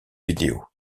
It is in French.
vidéo